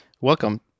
Welcome